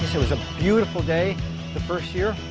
it was a beautiful day the first year.